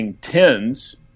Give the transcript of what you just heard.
tens